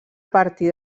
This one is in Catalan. partir